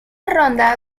ronda